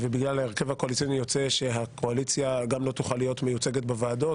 בגלל ההרכב הקואליציוני יוצא שהקואליציה לא תוכל להיות מיוצגת בוועדות,